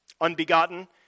Unbegotten